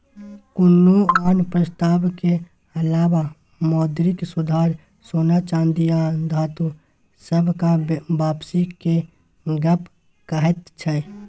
कुनु आन प्रस्ताव के अलावा मौद्रिक सुधार सोना चांदी आ धातु सबहक वापसी के गप कहैत छै